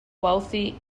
wealthy